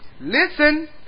Listen